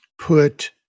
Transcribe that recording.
put